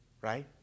Right